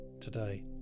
today